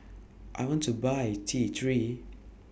I want to Buy T three